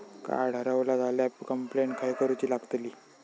Card हरवला झाल्या complaint खय करूची लागतली?